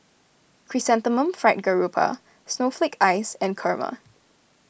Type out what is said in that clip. Chrysanthemum Fried Garoupa Snowflake Ice and Kurma